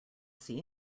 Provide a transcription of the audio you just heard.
see